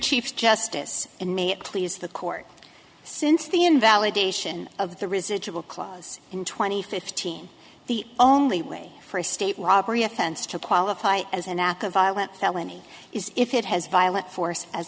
chief justice and may it please the court since the invalidation of the residual clause in twenty fifteen the only way for a state robbery offense to qualify as an act of violence felony is if it has violent force as